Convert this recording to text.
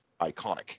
iconic